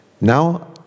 now